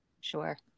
Sure